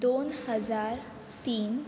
दोन हजार तीन